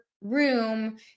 room